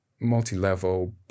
multi-level